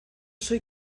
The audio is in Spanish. soy